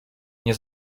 nie